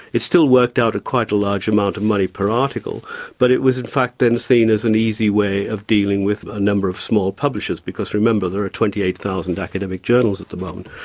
it still worked out at quite a large amount of money per article but it was in fact then seen as an easy way of dealing with a number of small publishers, because remember there are twenty eight thousand academic journals at the moment.